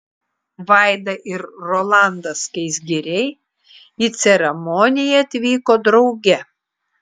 vaida ir rolandas skaisgiriai į ceremoniją atvyko drauge